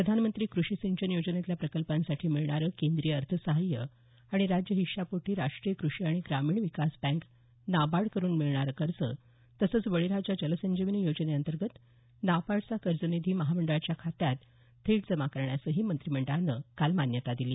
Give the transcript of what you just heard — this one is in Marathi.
प्रधानमंत्री कृषी सिंचन योजनेतल्या प्रकल्पांसाठी मिळणारं केंद्रीय अर्थसहाय्य आणि राज्य हिश्शापोटी राष्ट्रीय कृषी आणि ग्रामीण विकास बँक नाबार्डकड्रन मिळणारं कर्ज तसंच बळीराजा जलसंजीवनी योजनेअंतर्गत नाबार्डचा कर्ज निधी महामंडळाच्या खात्यात थेट जमा करण्यासही मंत्रिमंडळानं काल मान्यता दिली